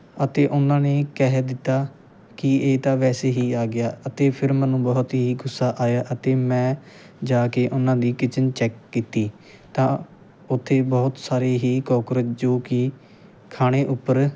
ਅਤੇ ਉਹਨਾਂ ਨੇ ਕਹਿ ਦਿੱਤਾ ਕਿ ਇਹ ਤਾਂ ਵੈਸੇ ਹੀ ਆ ਗਿਆ ਅਤੇ ਫਿਰ ਮੈਨੂੰ ਬਹੁਤ ਹੀ ਗੁੱਸਾ ਆਇਆ ਅਤੇ ਮੈਂ ਜਾ ਕੇ ਉਹਨਾਂ ਦੀ ਕਿਚਨ ਚੈੱਕ ਕੀਤੀ ਤਾਂ ਉੱਥੇ ਬਹੁਤ ਸਾਰੇ ਹੀ ਕੋਕਰੋਚ ਜੋ ਕਿ ਖਾਣੇ ਉੱਪਰ